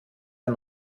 ein